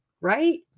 right